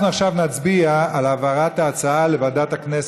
אנחנו עכשיו נצביע על העברת ההצעה לוועדת הכנסת,